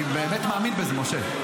אני באמת מאמין בזה, משה.